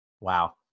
Wow